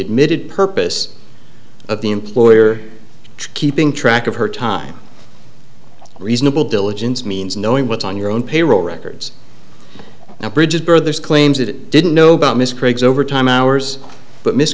admitted purpose of the employer keeping track of her time reasonable diligence means knowing what's on your own payroll records and bridges brothers claims it didn't know about ms craig's overtime hours but miss